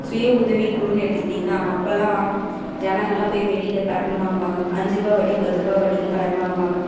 சுயஉதவி குழுனு எடுத்துக்கிட்டிங்கனால் அப்போல்லாம் ஜனங்கெல்லாம் போய் வெளியில் கடன் வாங்குவாங்க அஞ்சுருபா வட்டி பத்துருபா வட்டிக்கு கடன் வாங்குவாங்க